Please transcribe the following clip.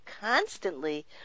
constantly